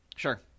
Sure